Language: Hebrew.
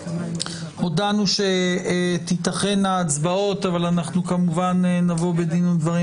הודענו שתיתכן הצבעה אבל אנחנו כמובן נבוא בדין ודברים